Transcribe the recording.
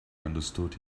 understood